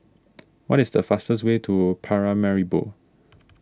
what is the fastest way to Paramaribo